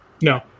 No